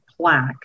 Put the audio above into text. plaque